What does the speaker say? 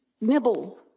nibble